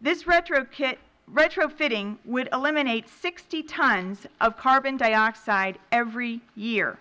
this retrofitting would eliminate sixty tons of carbon dioxide every year